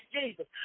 Jesus